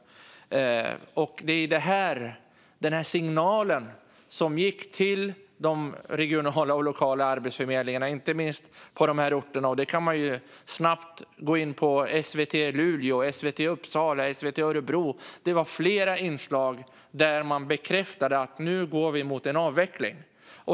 Det gick ut en signal till de lokala och regionala arbetsförmedlingarna på dessa orter, och man kan snabbt gå in på SVT och se inslag från bland annat Luleå, Uppsala och Örebro som bekräftar att de gick mot en avveckling.